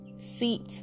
Seat